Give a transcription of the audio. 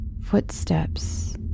footsteps